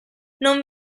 non